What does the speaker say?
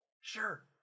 Sure